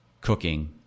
cooking